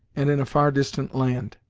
and in a far distant land.